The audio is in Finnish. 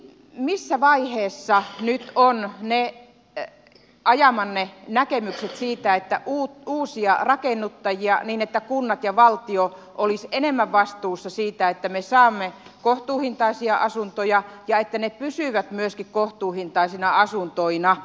missä vaiheessa nyt ovat ne näkemystenne mukaiset toimet että uusien rakennuttajien kohdalla kunnat ja valtio olisivat enemmän vastuussa siitä että me saamme kohtuuhintaisia asuntoja ja että ne pysyvät myöskin kohtuuhintaisina asuntoina